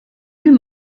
min